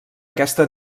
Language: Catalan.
aquesta